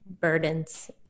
burdens